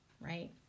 right